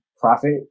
profit